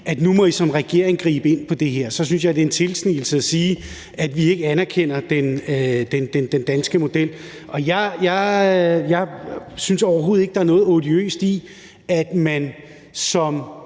at nu må I som regering gribe ind i forhold til det her. Så jeg synes, det er en tilsnigelse at sige, at vi ikke anerkender den danske model. Og jeg synes overhovedet ikke, der er noget odiøst i, at man som